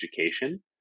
education